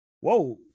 Whoa